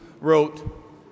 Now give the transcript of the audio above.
wrote